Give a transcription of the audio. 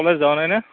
college যোৱা নাই নে